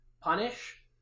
punish